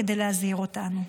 כדי להזהיר אותנו?